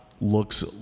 looks